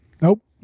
Nope